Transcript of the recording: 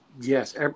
Yes